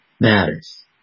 Matters